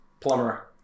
plumber